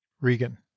regan